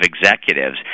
executives